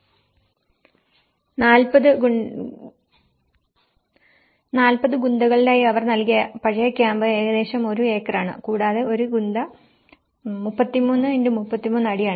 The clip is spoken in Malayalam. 40 ഗുന്തകളിലായി അവർ നൽകിയ പഴയ ക്യാമ്പ് ഏകദേശം 1 ഏക്കറാണ് കൂടാതെ 1 ഗുന്ത 33 x33 അടിയാണ്